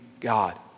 God